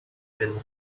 been